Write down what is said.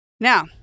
Now